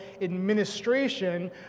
administration